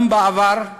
גם בעבר,